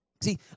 see